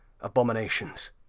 abominations